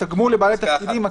התגמול לבעלי תפקידים,